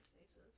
faces